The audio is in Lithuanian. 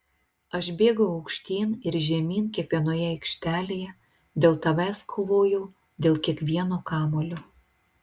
aš bėgau aukštyn ir žemyn kiekvienoje aikštelėje dėl tavęs kovojau dėl kiekvieno kamuolio